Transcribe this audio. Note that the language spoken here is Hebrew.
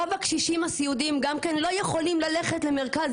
רוב הקשישים הסיעודיים גם כן לא יכולים ללכת למרכז